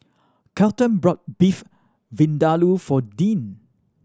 Kelton bought Beef Vindaloo for Dean